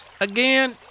Again